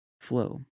flow